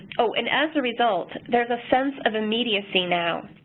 oh, and as a result, there is a sense of immediacy now.